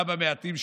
גם המעטים שנשארו,